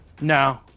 No